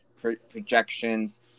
projections